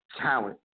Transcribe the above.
talent